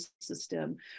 system